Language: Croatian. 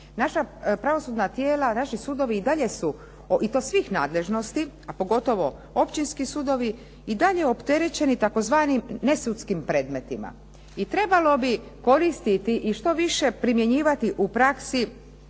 Naša pravosudna tijela, naši sudovi i dalje su, i to svih nadležnosti, a pogotovo općinski sudovi, i dalje opterećeni tzv. nesudskim predmetima i trebalo bi koristiti i što više primjenjivati u praksi